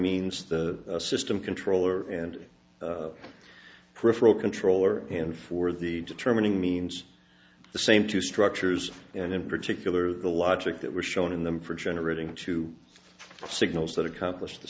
means the system controller and peripheral controller and for the determining means the same to structures and in particular the logic that was shown in them for generating two signals that accomplish the